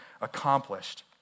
accomplished